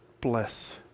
bless